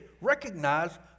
recognize